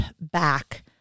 back